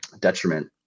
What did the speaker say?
detriment